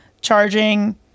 charging